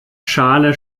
schale